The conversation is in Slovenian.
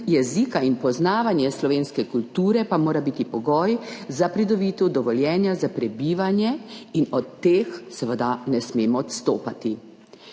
jezika in poznavanje slovenske kulture pa mora biti pogoj za pridobitev dovoljenja za prebivanje in od teh seveda ne smemo odstopati.